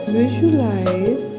visualize